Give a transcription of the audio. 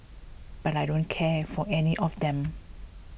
but I don't care for any of them